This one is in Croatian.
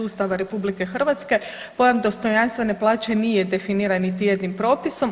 Ustava RH pojam dostojanstvene plaće nije definiran niti jednim propisom.